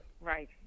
right